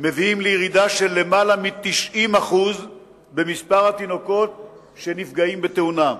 מביאים לירידה של יותר מ-90% במספר התינוקות שנפגעים בתאונה.